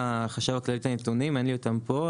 לחשב הכללי יש נתונים, אבל אין לי אותם פה.